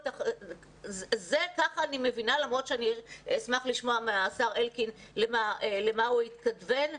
אבל אשמח לשמוע מהשר אלקין למה הוא התכוון.